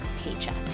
paycheck